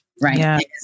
right